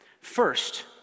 First